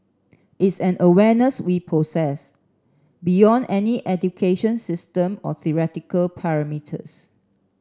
it's an awareness we possess beyond any education system or theoretical